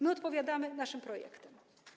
My odpowiadamy naszym projektem.